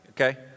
Okay